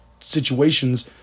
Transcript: situations